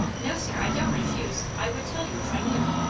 no, sir i don't refuse. i would tell you if i knew.